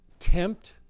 Tempt